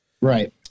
Right